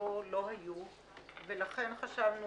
הם לא היו כאן ולכן חשבנו